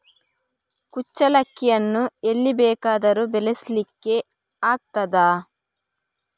ಕುಚ್ಚಲಕ್ಕಿಯನ್ನು ಎಲ್ಲಿ ಬೇಕಾದರೂ ಬೆಳೆಸ್ಲಿಕ್ಕೆ ಆಗ್ತದ?